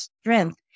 strength